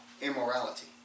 immorality